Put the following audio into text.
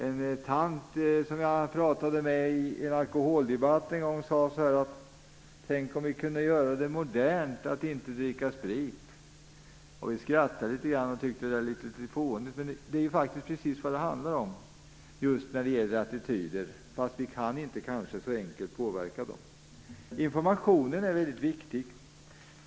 En tant som jag pratade med i en alkoholdebatt en gång sade: Tänk om vi kunde göra det modernt att inte dricka sprit! Vi skrattade och tyckte att det lät litet fånigt, men det är precis vad det handlar om. Det är just attityder, även om vi inte så enkelt kan påverka dem själva. Informationen är viktig.